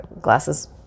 Glasses